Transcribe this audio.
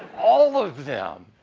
all of them.